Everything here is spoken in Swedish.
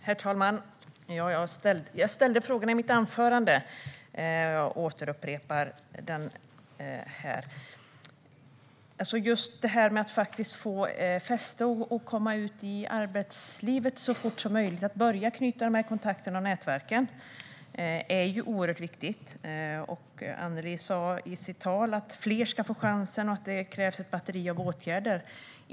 Herr talman! Jag ställde några frågor i mitt anförande, och jag upprepar dem. Att komma ut och få fäste i arbetslivet så fort som möjligt och börja knyta kontakter och få ett nätverk är oerhört viktigt. Annelie Karlsson sa i sitt anförande att fler ska få chansen och att det krävs ett batteri av åtgärder.